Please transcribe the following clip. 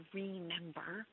remember